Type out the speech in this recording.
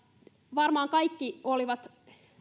varmaan kaikki olivat